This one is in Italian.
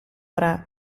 ora